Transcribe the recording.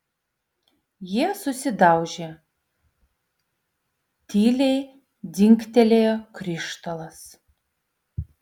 jie susidaužė tyliai dzingtelėjo krištolas